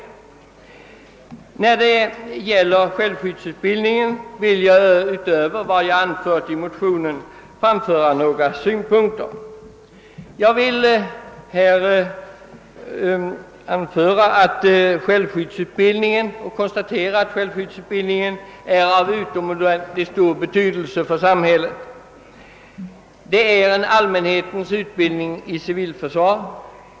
När det gäller självskyddsutbildningen vill jag — utöver vad jag anfört i motionen — framföra några synpunkter. Självskyddsutbildningen är av utomordentligt stor betydelse för samhället. Den är en allmänhetens utbildning i Civilförsvar.